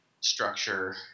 structure